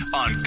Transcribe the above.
on